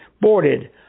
boarded